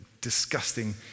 disgusting